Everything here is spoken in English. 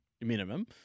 minimum